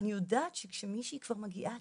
אני יודעת כאשר משהיא כבר מגיעה